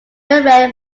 red